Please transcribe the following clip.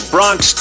Bronx